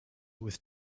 with